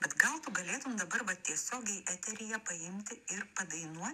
bet gal tu galėtum dabar va tiesiogiai eteryje paimti ir padainuo